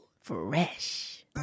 Fresh